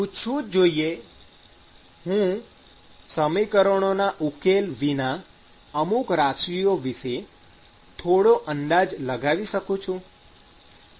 પૂછવું જ જોઇએ હું સમીકરણોના ઉકેલ વિના અમુક રાશિઓ વિશે થોડો અંદાજ લગાવી શકું છું